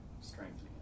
strengthening